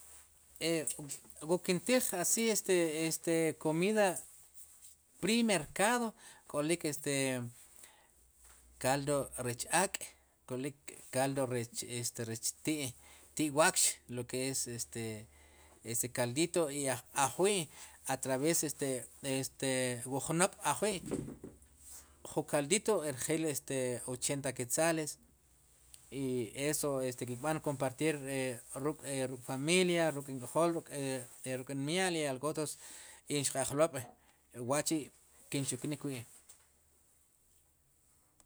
E wu kintij este este wu komiid pri mercado k'olik este kaldo rech ak' k'olik kaldo rech este ti' ti' waakx lo ke es es kaldito ajwi' atraves este este wu jnob' ajwi' jun kaldito rjil ochenta quetzales i eso kirb'an kompartir ruk' familia ruk'nk'jol ruk'nmya'l i alotros nxq'ajlob' wachi' kinchuknik wi'.